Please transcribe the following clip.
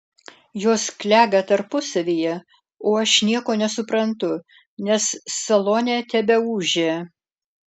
jos klega tarpusavyje o aš nieko nesuprantu nes salone tebeūžia